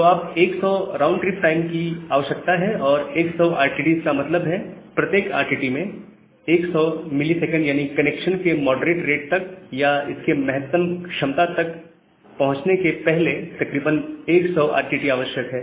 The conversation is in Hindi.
तो आप को 100 राउंड ट्रिप टाइम की आवश्यकता है और 100 RTTs का मतलब है प्रत्येक RTT में 100 ms यानी कनेक्शन के मॉडरेट रेट तक या इसके महत्तम क्षमता पहुंचने के पहले तकरीबन 100 RTTs आवश्यक है